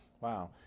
Wow